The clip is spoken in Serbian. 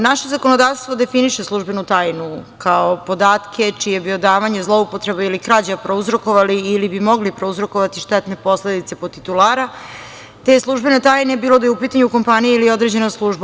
Naše zakonodavstvo definiše službenu tajnu kao podatke čije bi odavanje zloupotrebe ili krađa, prouzrokovali ili bi mogli prouzrokovati štetne posledice po titulara te službene tajne, bilo da je u pitanju kompanija ili određena služba.